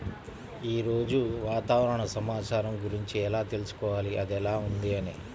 ఈరోజు వాతావరణ సమాచారం గురించి ఎలా తెలుసుకోవాలి అది ఎలా ఉంది అని?